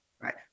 right